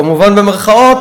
כמובן במירכאות,